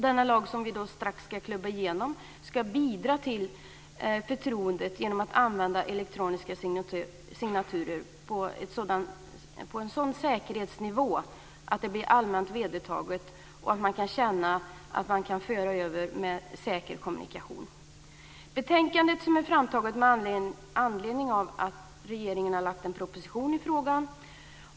Den lag som vi strax ska klubba igenom ska bidra till förtroendet genom användandet av elektroniska signaturer på en sådan säkerhetsnivå att det blir allmänt vedertaget. Man ska känna att man kan göra överföringar med säker kommunikation. Betänkandet är framtaget med anledning av att regeringen har lagt fram en proposition i frågan.